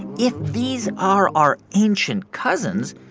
if these are our ancient cousins,